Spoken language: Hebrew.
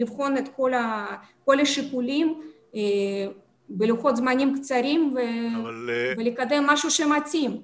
לבחון את כל השיקולים בלוחות זמנים קצרים ולקדם משהו שמתאים,